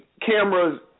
cameras